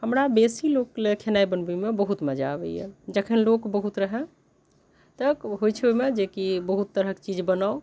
हमरा बेसी लोक लेल खेनाइ बनबैमे बहुत मजा अबैए जखन लोक बहुत रहै तऽ होइ छै ओइमे जे की बहुत तरहके चीज बनाउ